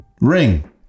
ring